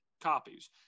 copies